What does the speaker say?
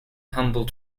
humble